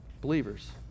believers